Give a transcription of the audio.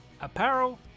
Apparel